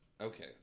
Okay